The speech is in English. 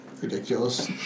ridiculous